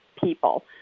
people